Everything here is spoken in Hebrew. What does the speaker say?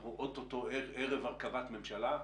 שאנחנו אוטוטו ערב הרכבת ממשלה,